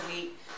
week